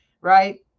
right